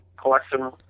collection